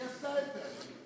מי עשה את זה?